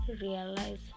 realize